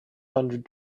hundred